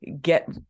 get